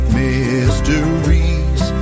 mysteries